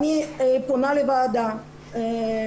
אני פונה לוועדה, תהיו